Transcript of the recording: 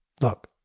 look